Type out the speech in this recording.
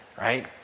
right